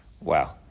Wow